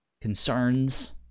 concerns